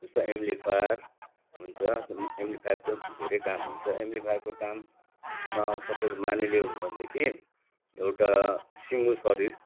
जस्तो एम्प्लिफायर हुन्छ एम्प्लिफायरको धेरै काम हुन्छ र एम्प्लिफायरको काम सपोज मानिलिउँ भनेदेखि एउटा सिङ्गो शरीर